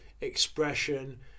expression